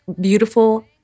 beautiful